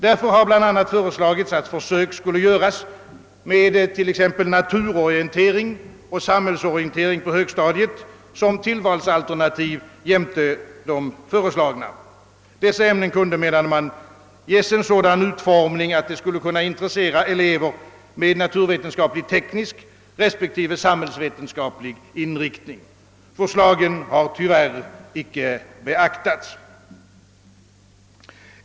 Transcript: Därför har bl.a. föreslagits, att försök skulle göras med naturorientering och samhällsorientering på högstadiet som tillvalsalternativ vid sidan av de nu föreslagna ämnena. Dessa nya ämnen kunde, menade man, ges en sådan utformning, att de skulle kunna intressera eleverna med naturvetenskapligteknisk respektive samhällsvetenskaplig inriktning. Förslagen har tyvärr icke beaktats.